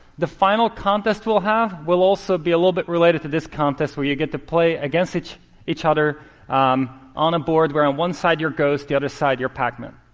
the final contest we'll have will also be a little bit related to this contest where you get to play against each each other um on a board where, on one side, you're ghosts, the other side, you're pac-man.